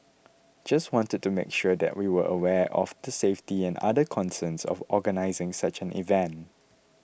just wanted to make sure that we were aware of the safety and other concerns of organising such an event